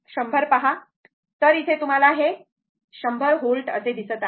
तर इथे तुम्हाला हे 100 व्होल्ट दिसत आहे